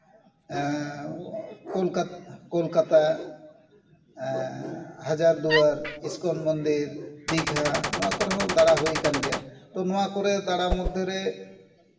Kolkata Kolkata Hazar Duar ISKCON ᱢᱚᱱᱫᱤᱨ ᱫᱤᱜᱷᱟ ᱱᱚᱣᱟ ᱠᱚᱨᱮ ᱦᱚᱸ ᱫᱟᱬᱟ ᱦᱩᱭ ᱠᱟᱱ ᱜᱮᱭᱟ ᱛᱚ ᱱᱚᱣᱟ ᱠᱚᱨᱮᱜ ᱫᱟᱬᱟ ᱢᱚᱫᱽᱫᱷᱮ ᱨᱮ